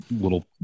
little